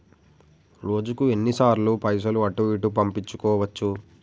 రోజుకు ఎన్ని సార్లు పైసలు అటూ ఇటూ పంపించుకోవచ్చు?